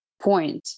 point